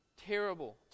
terrible